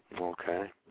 Okay